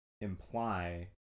imply